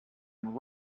and